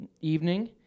evening